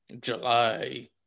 July